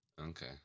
Okay